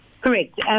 Correct